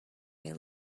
they